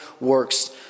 works